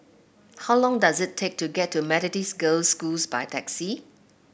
how long does it take to get to Methodist Girls' School by taxi